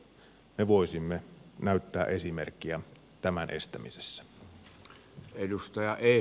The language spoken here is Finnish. me voisimme näyttää esimerkkiä tämän estämisessä